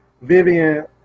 Vivian